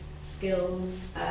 skills